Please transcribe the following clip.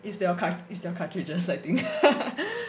is your cart~ is your cartridges I think